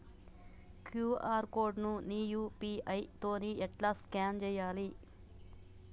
QR code ని UPI తోని ఎట్లా స్కాన్ చేయాలి?